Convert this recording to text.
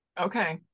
Okay